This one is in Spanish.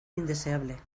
indeseable